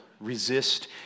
resist